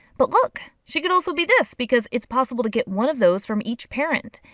but look, she could also be this because it's possible to get one of those from each parent.